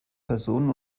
personen